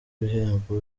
bihembo